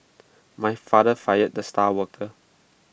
my father fired the star worker